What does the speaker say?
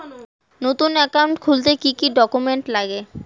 নতুন একাউন্ট খুলতে কি কি ডকুমেন্ট লাগে?